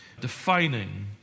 defining